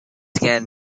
again